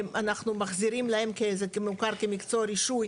אנחנו מחזירים להם כי זה מוכר כמקצוע רישוי,